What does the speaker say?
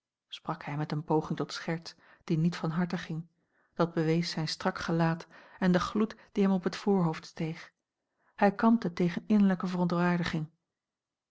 sprak hij met eene poging tot scherts die niet van harte ging dat bewees zijn strak gelaat en de gloed die hem op het voorhoofd steeg hij kampte tegen innerlijke verontwaardiging